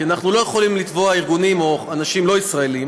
אנחנו לא יכולים לתבוע ארגונים או אנשים לא ישראליים,